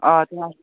অঁ